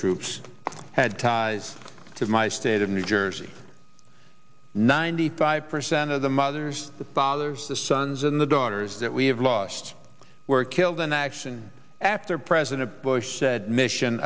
troops had ties to my state of new jersey ninety five percent of the mothers the fathers the sons and the daughters that we have lost were killed in action after president bush said mission